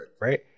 right